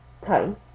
time